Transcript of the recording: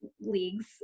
leagues